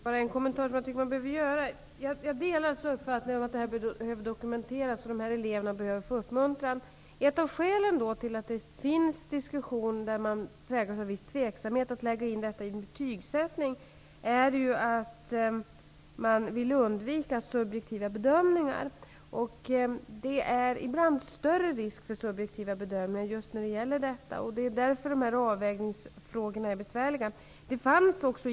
Herr talman! Jag skall göra en kommentar. Jag delar uppfattningen att detta är något som behöver dokumenteras, eftersom dessa elever behöver få uppmuntran. Ett av skälen till att det råder viss osäkerhet om att man skall lägga in detta i betygssättningen är att man vill undvika subjektiva bedömningar. Det är ibland större risk för subjektiva bedömningar just när det gäller detta. Det är därför som dessa avvägningsfrågor är besvärliga.